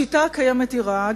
השיטה הקיימת היא רעה.